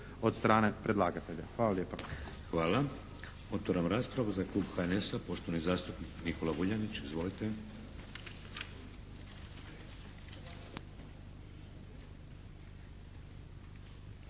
od strane predlagatelja. Hvala lijepa. **Šeks, Vladimir (HDZ)** Hvala. Otvaram raspravu. Za klub HNS-a poštovani zastupnik Nikola Vuljanić. Izvolite!